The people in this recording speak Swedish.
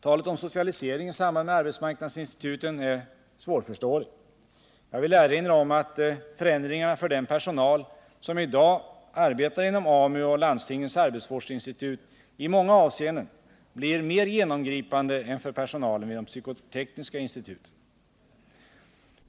Talet om socialisering i samband med arbetsmarknadsinstituten är svårförståeligt. Jag vill erinra om att förändringarna för den personal som i dag arbetar inom AMU och landstingens arbetsvårdsinstitut i många avseenden blir mer genomgripande än för personalen vid de psykotekniska instituten.